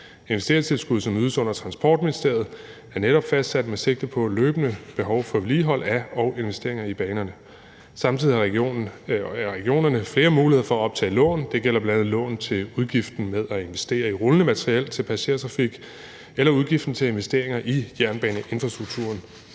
Investeringstilskuddet, som ydes under Transportministeriet, er netop fastsat med sigte på løbende behov for vedligehold af og investeringer i banerne. Samtidig har regionerne flere muligheder for at optage lån. Det gælder bl.a. lån til udgiften med at investere i rullende materiel til passagertrafik eller udgiften til investeringer i jernbaneinfrastrukturen.